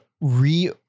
re